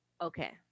Okay